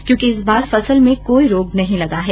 क्योंकि इस बार फसल में कोई रोग नहीं लगा है